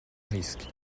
risque